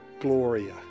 Gloria